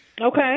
Okay